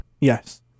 Yes